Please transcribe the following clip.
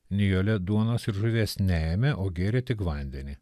nijolė duonos ir žuvies neėmė o gėrė tik vandenį